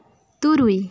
ᱛᱩᱨᱩᱭ